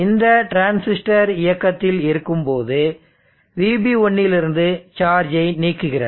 இந்த டிரான்சிஸ்டர் இயக்கத்தில் இருக்கும்போது VB1இலிருந்து சார்ஜை நீக்குகிறது